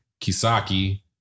Kisaki